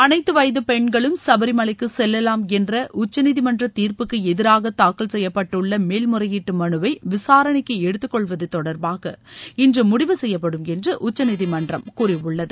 அனைத்து வயது பெண்களும் சபரிமலைக்கு செல்லலாம் என்ற உச்சநீதிமன்ற தீர்ப்புக்கு எதிராக தாக்கல் செய்யப்பட்டுள்ள மேல்முறையீட்டு மனுவை விசாரணைக்கு எடுத்துக் கொள்வது தொடர்பாக இன்று முடிவு செய்யப்படும் என்று உச்சநீதிமன்றம் கூறியுள்ளது